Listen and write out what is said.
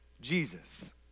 Jesus